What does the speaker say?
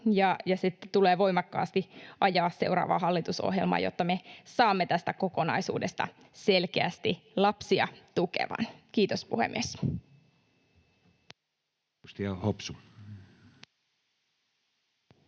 ja se tulee voimakkaasti ajaa seuraavaan hallitusohjelmaan, jotta me saamme tästä kokonaisuudesta selkeästi lapsia tukevan. — Kiitos, puhemies.